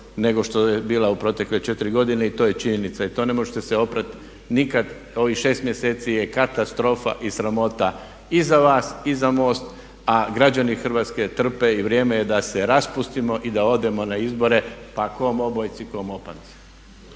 nego što je bila u protekle 4 godine. I to je činjenica. To ne možete se oprati nikad, ovih 6 mjeseci je katastrofa i sramota i za vas i za MOST a građani Hrvatske trpe. I vrijeme je da se raspustimo i da odemo na izbore pa kom obojci, kom opanci.